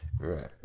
Right